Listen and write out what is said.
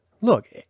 Look